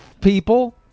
People